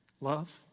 Love